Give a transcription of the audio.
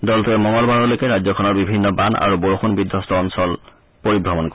দলটোৱে মঙলবাৰলৈকে ৰাজ্যখনৰ বিভিন্ন বান আৰু বৰষুণ বিধবস্ত অঞ্চল পৰিবহন কৰিব